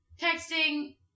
texting